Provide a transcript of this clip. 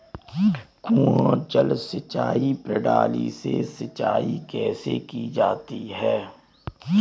कुआँ जल सिंचाई प्रणाली से सिंचाई कैसे की जाती है?